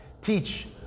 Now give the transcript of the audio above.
teach